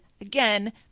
again